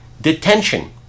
detention